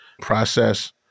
process